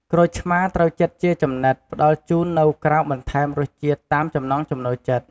ក្រូចឆ្មារត្រូវចិតជាចំណិត ផ្តល់ជូននៅក្រៅបន្ថែមរសជាតិតាមចំណង់ចំណូលចិត្ត។